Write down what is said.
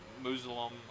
Muslim